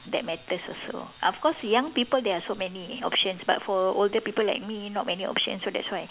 that matters also of course young people there's so many options but for older people like me not many options so that's why